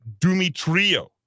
Dumitrio